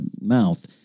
mouth –